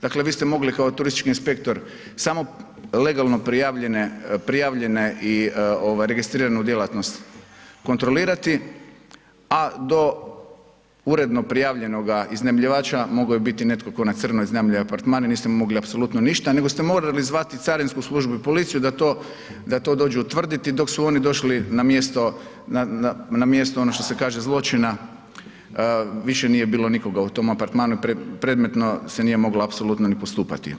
Dakle vi ste mogli kao turistički inspektor samo legalno prijavljene i registriranu djelatnost kontrolirati a do urednog prijavljenoga iznajmljivača, mogao je biti netko tko na crno iznajmljuje apartmane, niste mu mogli apsolutno ništa nego ste morali zvati carinsku službu i policiju da to dođe utvrditi, dok su oni došli na mjesto ono što se kaže zločina, više nije bilo u tom apartmanu, predmetno se nije apsolutno ni postupati.